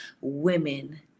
women